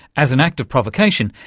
as an act of provocation,